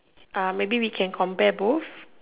maybe we can compare both